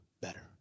better